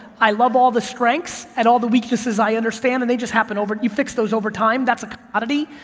i love all the strengths and all the weaknesses, i understand and they just happen over and you fixed those over time, that's a commodity.